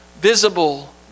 visible